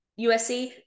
USC